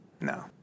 No